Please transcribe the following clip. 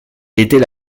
était